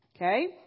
Okay